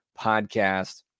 podcast